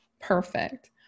Perfect